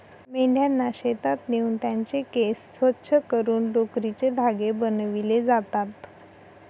मेंढ्यांना शेतात नेऊन त्यांचे केस स्वच्छ करून लोकरीचे धागे बनविले जातात